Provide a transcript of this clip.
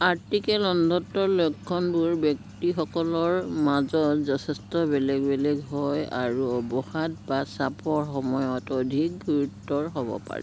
cortical অন্ধত্বৰ লক্ষণবোৰ ব্যক্তিসকলৰ মাজত যথেষ্ট বেলেগ বেলেগ হয় আৰু অৱসাদ বা চাপৰ সময়ত অধিক গুৰুতৰ হ'ব পাৰে